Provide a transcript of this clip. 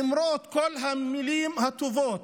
למרות כל המילים הטובות